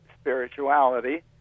spirituality